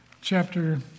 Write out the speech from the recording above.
chapter